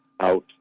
out